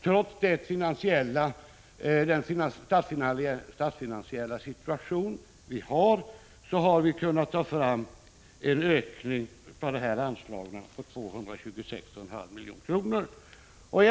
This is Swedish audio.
Trots den statsfinansiella situation som råder har vi alltså kunnat ta fram en ökning av dessa anslag på 226,5 miljoner.